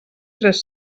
tres